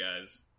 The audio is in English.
guys